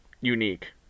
unique